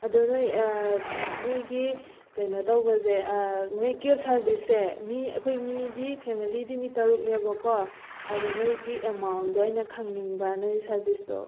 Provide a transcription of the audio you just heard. ꯑꯗꯨ ꯅꯣꯏ ꯅꯣꯏꯒꯤ ꯀꯩꯅꯣ ꯇꯧꯕꯁꯦ ꯅꯣꯏꯒꯤ ꯀꯦꯞ ꯁꯔꯚꯤꯁꯁꯦ ꯃꯤ ꯑꯩꯈꯣꯏ ꯃꯤꯗꯤ ꯐꯦꯃꯤꯂꯤꯗꯤ ꯃꯤ ꯇꯔꯨꯛꯅꯦꯕꯀꯣ ꯑꯗ ꯅꯣꯏꯒꯤ ꯑꯦꯃꯥꯎꯟꯗꯣ ꯑꯩꯅ ꯈꯪꯅꯤꯡꯕ ꯅꯣꯏ ꯁꯔꯚꯤꯁꯇꯣ